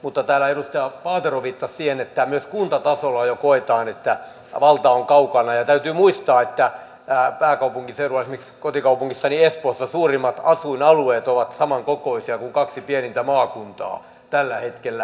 mutta täällä edustaja paatero viittasi siihen että myös kuntatasolla jo koetaan että valta on kaukana ja täytyy muistaa että pääkaupunkiseudulla esimerkiksi kotikaupungissani espoossa suurimmat asuinalueet ovat samankokoisia kuin kaksi pienintä maakuntaa tällä hetkellä